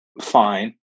fine